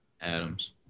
Adams